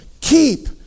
keep